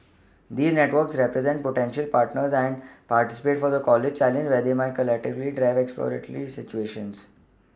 these networks represent potential partners and participants for the college challenge where they may collectively drive exploratory solutions